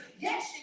Yes